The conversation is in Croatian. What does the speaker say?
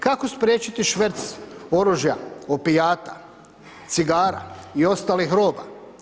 Kako spriječiti šverc oružja, opijata, cigara i ostalih roba.